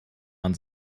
man